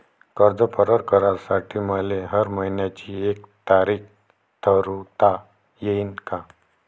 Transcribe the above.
कर्ज परत करासाठी मले हर मइन्याची एक तारीख ठरुता येईन का?